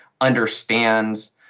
understands